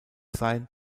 sein